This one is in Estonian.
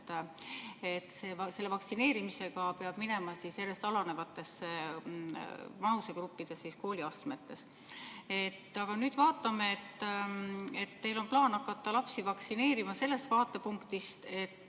et vaktsineerimisega peab minema järjest noorematesse vanusegruppidesse, kooliastmetesse. Aga nüüd vaatame seda, et teil on plaan hakata lapsi vaktsineerima, sellest vaatepunktist